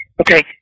Okay